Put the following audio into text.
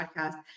podcast